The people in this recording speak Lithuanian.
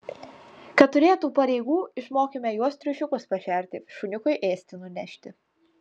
kad turėtų pareigų išmokėme juos triušiukus pašerti šuniukui ėsti nunešti